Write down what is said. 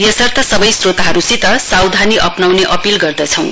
यसर्थ सबै स्रोतावर्गसित सावधानी अपनाउने अपील गर्दछौं